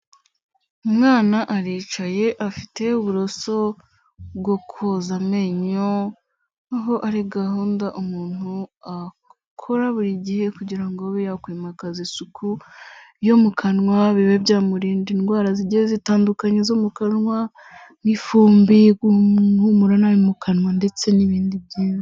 Umwana aricaye afite uburoso bwo koza amenyo, aho ari gahunda umuntu akora buri gihe kugira ngo abe yakwimakaze isuku yo mu kanwa, bibe byamurinda indwara zigiye zitandukanye zo mu kanwa, nk'ifumbi, guhumura nabi mu kanwa ndetse n'ibindi byiza.